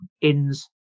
inns